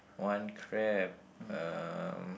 one crab um